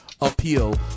appeal